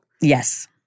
Yes